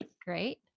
Great